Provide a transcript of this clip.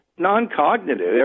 non-cognitive